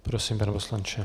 Prosím, pane poslanče.